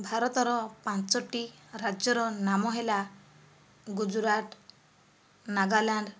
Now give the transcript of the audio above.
ଭାରତର ପାଞ୍ଚଟି ରାଜ୍ୟର ନାମ ହେଲା ଗୁଜୁରାଟ ନାଗାଲ୍ୟାଣ୍ଡ